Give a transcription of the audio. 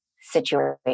situation